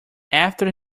after